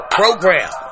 program